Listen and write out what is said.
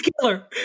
killer